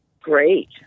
Great